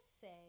say